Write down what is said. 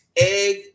egg